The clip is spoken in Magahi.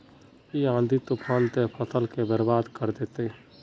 इ आँधी तूफान ते फसल के बर्बाद कर देते?